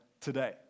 today